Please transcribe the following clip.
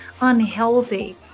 unhealthy